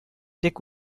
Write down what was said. dick